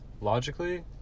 Logically